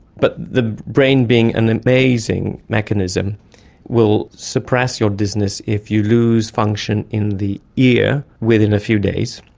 but the brain being an amazing mechanism will suppress your dizziness if you lose function in the ear within a few days,